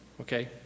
okay